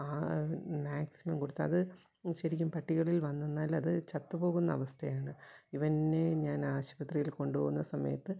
maximum കൊടുത്ത് അത് ശരിക്കും പട്ടികളിൽ വന്നെന്നാൽ അത് ചത്തുപോകുന്ന അവസ്ഥയാണ് ഇവൻ നെ ഞാൻ ആശുപത്രിയിൽ കൊണ്ട് പോകുന്ന സമയത്ത്